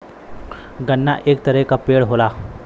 गन्ना एक तरे क पेड़ होला